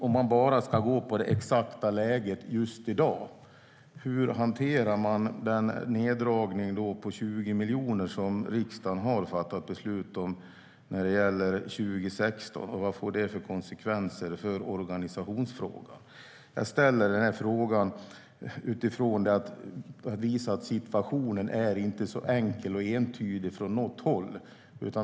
Om man bara ska gå på det exakta läget just i dag är frågan: Hur hanterar man den neddragning på 20 miljoner som riksdagen har fattat beslut om när det gäller 2016, och vad får det för konsekvenser för organisationsfrågan? Jag ställer den frågan för att visa att situationen inte är enkel och entydig från något håll sett.